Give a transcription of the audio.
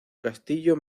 castillo